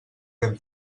ben